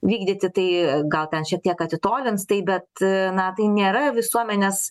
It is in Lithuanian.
vykdyti tai gal ten šiek tiek atitolins tai bet na tai nėra visuomenės